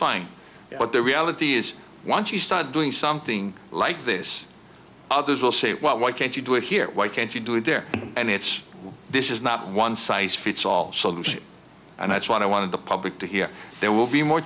fine but the reality is once you start doing something like this others will say well why can't you do it here why can't you do it there and it's this is not one size fits all solution and that's what i wanted the public to hear there will be more